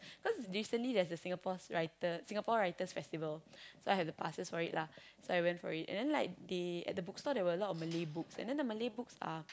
cause recently there's a Singapore's writers Singapore-writers-festival so I have the passes for it lah so I went for it and then like they at the bookstore there were a lot of Malay books and then the Malay books are